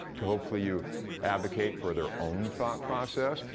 to hopefully you advocate for their own thought process.